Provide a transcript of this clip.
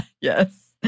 Yes